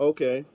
Okay